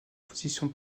position